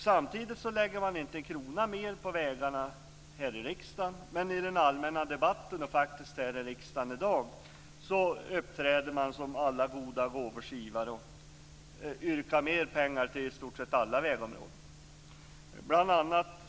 Samtidigt vill man inte lägga ned en krona mer på vägarna här i riksdagen, men i den allmänna debatten och faktiskt även i riksdagen i dag uppträder man som alla goda gåvors givare och yrkar på mer pengar till i stort sett alla vägområden.